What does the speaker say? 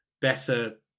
better